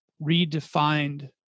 redefined